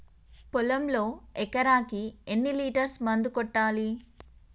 పొలంలో ఎకరాకి ఎన్ని లీటర్స్ మందు కొట్టాలి?